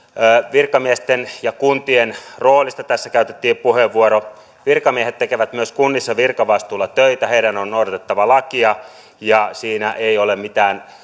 virkamiesten ja kuntien roolista tässä käytettiin jo puheenvuoro virkamiehet tekevät myös kunnissa virkavastuulla töitä heidän on noudatettava lakia ja siinä ei ole mitään